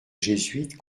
jésuites